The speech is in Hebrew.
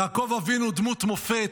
יעקב אבינו הוא דמות מופת,